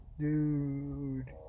Dude